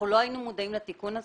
אנחנו לא היינו מודעים לתיקון הזה.